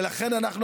ולכן אנחנו,